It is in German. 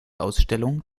ausstellung